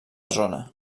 zona